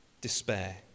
despair